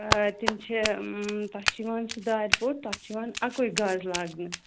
آ تِم چھِ تَتھ چھِ یِوان سُہ دارِ پوٚٹ تَتھ چھِ یِوان اَکُے گز لاگنہٕ